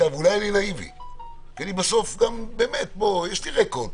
בסוף יש לי רקורד,